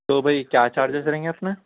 تو بھائی کیا چارجیز رہیں گے اپنا